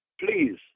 Please